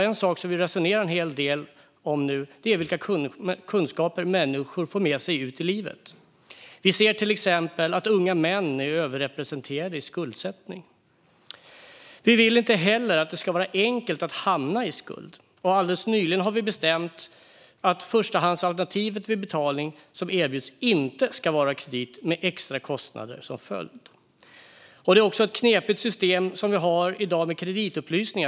En sak som vi nu resonerar en hel del om är vilka kunskaper människor får med sig ut i livet. Vi ser till exempel att unga män är överrepresenterade i skuldsättning. Vi vill inte heller att det ska vara enkelt att hamna i skuld. Vi har alldeles nyligen bestämt att förstahandsalternativet vid betalning som erbjuds inte ska vara kredit, med extrakostnader som följd. Systemet med kreditupplysningar vi har i dag är också knepigt.